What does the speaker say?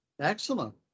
Excellent